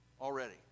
already